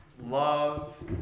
love